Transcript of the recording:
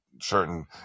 certain